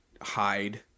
hide